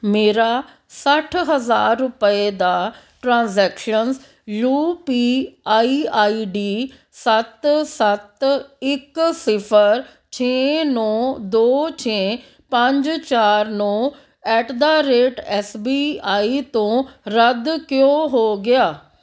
ਮੇਰਾ ਸੱਠ ਹਜ਼ਾਰ ਰੁਪਏ ਦਾ transaction U P I I D ਸੱਤ ਸੱਤ ਇੱਕ ਸਿਫਰ ਛੇ ਨੌ ਦੋ ਛੇ ਪੰਜ ਚਾਰ ਨੌ at the rate S B I ਤੋਂ ਰੱਦ ਕਿਉਂ ਹੋ ਗਿਆ